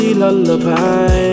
lullaby